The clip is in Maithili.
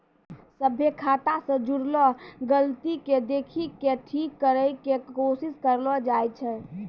सभ्भे खाता से जुड़लो गलती के देखि के ठीक करै के कोशिश करलो जाय छै